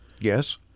Yes